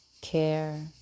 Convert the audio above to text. care